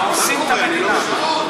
הורסים את המדינה.